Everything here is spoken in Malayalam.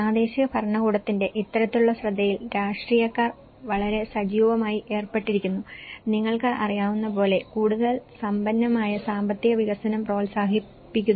പ്രാദേശിക ഭരണകൂടത്തിന്റെ ഇത്തരത്തിലുള്ള ശ്രദ്ധയിൽ രാഷ്ട്രീയക്കാർ വളരെ സജീവമായി ഏർപ്പെട്ടിരിക്കുന്നു നിങ്ങൾക്ക് അറിയാവുന്നപോലെ കൂടുതൽ സമ്പന്നമായ സാമ്പത്തിക വികസനം പ്രോത്സാഹിപ്പിക്കുന്നു